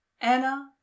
Anna